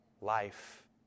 life